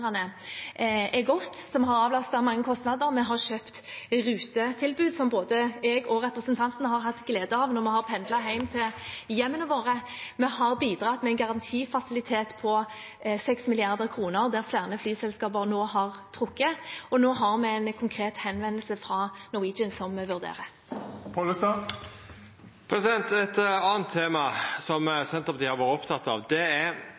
er godt og har avlastet mange kostnader. Vi har kjøpt rutetilbud, som både jeg og representanten har hatt glede av når vi har pendlet hjem til hjemmene våre. Vi har bidratt med en garantifasilitet på 6 mrd. kr, der flere flyselskaper nå har trukket. Og nå har vi en konkret henvendelse fra Norwegian som vi vurderer. Eit anna tema som Senterpartiet har vore oppteke av, er